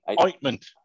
ointment